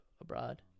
abroad